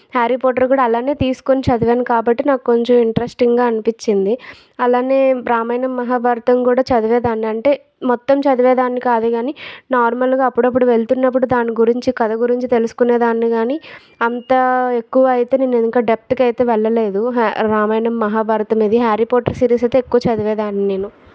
Harry Potter కూడా అలానే తీసుకుని చదివాను కాబట్టి నాకు కొంచెం ఇంట్రెస్టింగా అనిపించింది అలాగే రామాయణం మహాభారతం కూడా చదివేదాన్నిఅంటే మొత్తం చదివేదాన్ని కాదు కాని నార్మల్గా అప్పుడపుడు వెళ్తున్నప్పుడు దాని గురించి కథ గురించి తెలుసుకునే దాన్ని కాని అంతా ఎక్కువగా అయితే నేను అంత డెప్త్గా అయితే వెళ్లలేదు రామాయణ మహాభారతం ఇది హ్యారి పాటర్ సిరీస్ అయితే ఎక్కువగా చదివేదాన్ని నేను